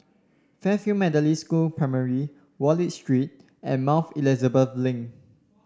Fairfield Methodist School Primary Wallich Street and Mouth Elizabeth Link